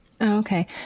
Okay